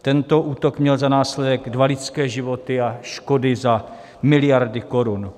Tento útok měl za následek dva lidské životy a škody za miliardy korun.